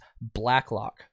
Blacklock